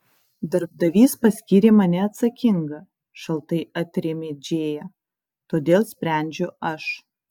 darbdavys paskyrė mane atsakinga šaltai atrėmė džėja todėl sprendžiu aš